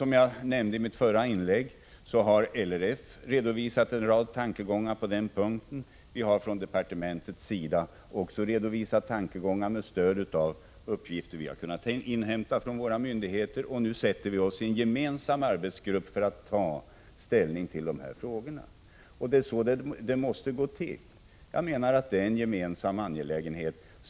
Som jag nämnde i mitt förra inlägg har RLF redovisat en rad tankegångar på den här punkten. Också från departementet har vi redovisat hur vi ser på dessa frågor, med stöd av de uppgifter vi kunnat inhämta från myndigheterna. Nu sätter vi oss i en gemensam arbetsgrupp för att ta ställning till frågorna. Det är så det måste gå till. Jag menar att dessa frågor är en för oss gemensam angelägenhet.